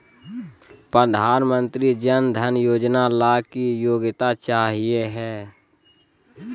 प्रधानमंत्री जन धन योजना ला की योग्यता चाहियो हे?